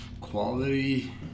quality